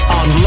on